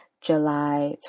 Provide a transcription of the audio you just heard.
July